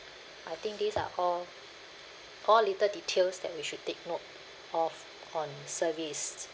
I think these are all all little details that we should take note of on service